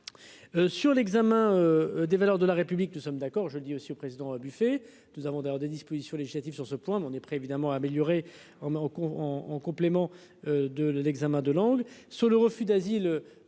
Sur l'examen des valeurs de la République. Nous sommes d'accord, je le dis aussi au président à buffet. Nous avons d'ailleurs des dispositions législatives sur ce point mais on est prêt évidemment améliorer au Maroc en en complément. De l'examen de langue sur le refus d'asile.